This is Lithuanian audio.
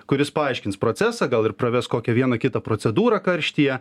kuris paaiškins procesą gal ir praves kokią vieną kitą procedūrą karštyje